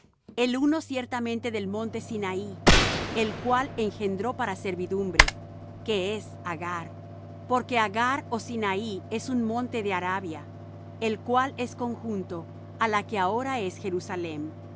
el uno ciertamente del monte sinaí el cual engendró para servidumbre que es agar porque agar ó sinaí es un monte de arabia el cual es conjunto á la que ahora es jerusalem